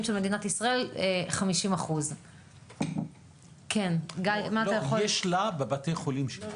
של מדינת ישראל אשר הינם 50%. יש לה בבתי החולים שלה,